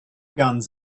guns